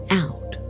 out